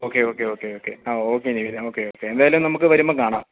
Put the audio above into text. okay okay okay okay ആ okay Nivin okay okay എന്തായാലും നമുക്ക് വരുമ്പം കാണാം